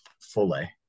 fully